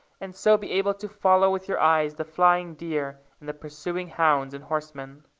and so be able to follow with your eyes the flying deer and the pursuing hounds and horsemen.